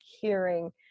hearing